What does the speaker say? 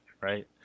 right